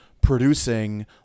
producing